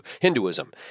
Hinduism